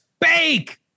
Bake